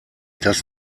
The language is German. das